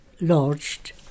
lodged